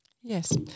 Yes